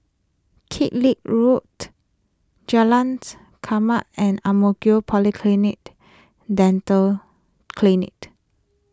Kellock Road Jalan's Chermat and Ang Mo Kio Polyclinic Dental Clinic